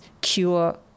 cure